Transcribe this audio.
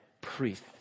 priest